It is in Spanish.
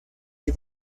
the